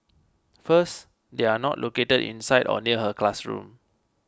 first they are not located inside or near her classroom